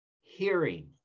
hearing